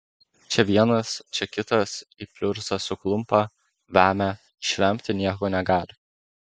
čia vienas čia kitas į pliurzą suklumpa vemia išvemti nieko negali